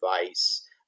device